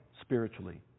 spiritually